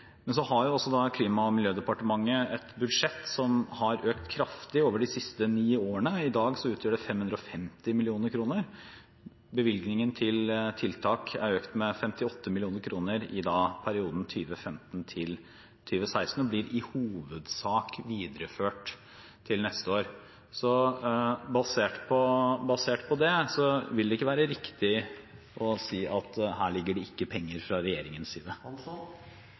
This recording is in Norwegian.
Klima- og miljødepartementet har et budsjett som har økt kraftig over de siste ni årene. I dag utgjør det 550 mill. kr. Bevilgningen til tiltak er økt med 58 mill. kr i perioden 2015–2016 og blir i hovedsak videreført til neste år, så basert på det vil det ikke være riktig å si at her ligger det ikke penger fra regjeringens side.